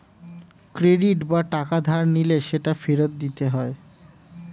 credit বা টাকা ধার নিলে সেটা ফেরত দিতে হয়